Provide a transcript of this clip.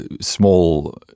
small